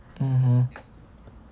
mmhmm